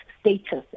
status